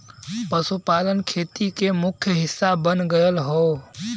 पशुपालन खेती के मुख्य हिस्सा बन गयल हौ